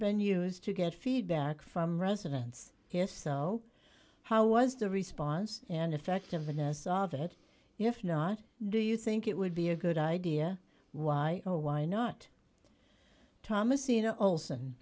been used to get feedback from residents here so how was the response and effectiveness of it if not do you think it would be a good idea why or why not